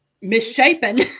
misshapen